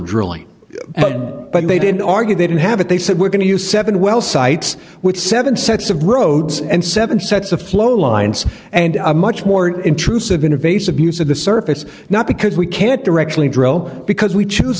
drilling but they didn't argue they didn't have it they said we're going to use seven well sites with seven sets of roads and seven sets of flow lines and a much more intrusive interface abuse of the surface not because we can't directly drill because we choose